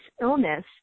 illness